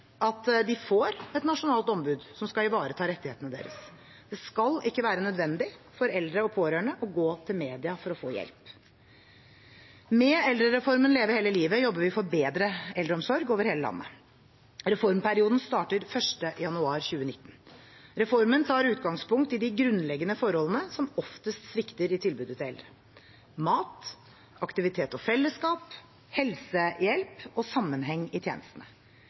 at de får et nasjonalt ombud som skal ivareta rettighetene deres. Det skal ikke være nødvendig for eldre og pårørende å gå til media for å få hjelp. Med eldrereformen Leve hele livet jobber vi for bedre eldreomsorg over hele landet. Reformperioden starter 1. januar 2019. Reformen tar utgangspunkt i de grunnleggende forholdene som oftest svikter i tilbudet til eldre: mat, aktivitet og felleskap, helsehjelp og sammenheng i tjenestene.